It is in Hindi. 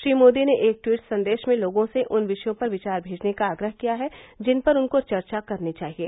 श्री मोदी ने एक ट्वीट संदेश में लोगों से उन विषयों पर विचार भेजने का आग्रह किया है जिन पर उनको चर्चा करनी चाहिये